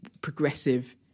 progressive